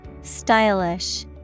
Stylish